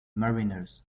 mariners